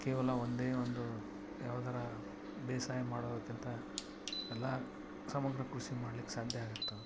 ಕೇವಲ ಒಂದೆ ಒಂದು ಯಾವ್ದಾರು ಬೇಸಾಯ ಮಾಡೊದಕ್ಕಿಂತ ಎಲ್ಲ ಸಮಗ್ರ ಕೃಷಿ ಮಾಡ್ಲಿಕ್ಕೆ ಸಾಧ್ಯ ಆಗತ್ತೆ